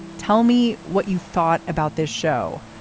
tell me what you thought about this show.